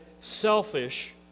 selfish